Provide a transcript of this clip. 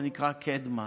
זה נקרא קדמה.